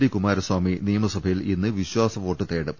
D Kumaraswamy നിയമസഭയിൽ ഇന്ന് വിശ്വാസവോട്ട് തേടും